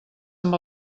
amb